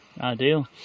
ideal